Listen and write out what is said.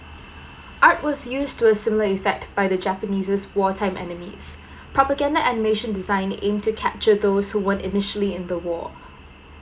art was used to a similar effect by the japanese's war time enemies propaganda animations design aim capture those who weren't initially in the war